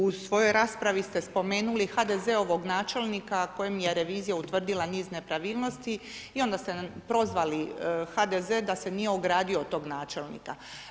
Kolega Maras, u svojoj raspravi ste spomenuli HDZ-ovog načelnika kojem je revizija utvrdila niz nepravilnosti i onda ste prozvali HDZ da se nije ogradio od tog načelnika.